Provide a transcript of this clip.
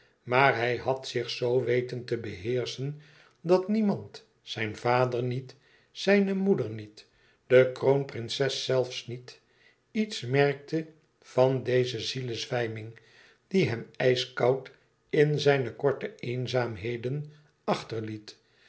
maar hij had zich zoo weten te beheerschen dat niemand zijn vader niet zijne moeder niet de kroonprinses zelfs niet iets merkte van deze zielezwijming die hem ijskoud in zijne korte eenzaamheden achterliet